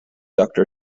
doctor